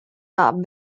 not